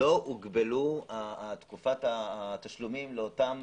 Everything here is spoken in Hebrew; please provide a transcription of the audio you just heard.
לא הוגבלה תקופת התשלומים לאותם